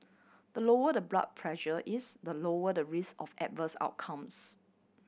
the lower the blood pressure is the lower the risk of adverse outcomes